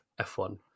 F1